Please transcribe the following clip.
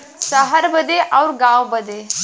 सहर बदे अउर गाँव बदे